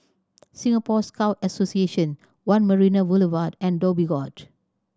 Singapore Scout Association One Marina Boulevard and Dhoby Ghaut